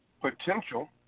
potential